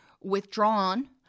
withdrawn